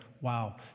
wow